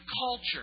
culture